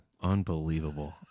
Unbelievable